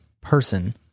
person